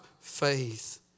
faith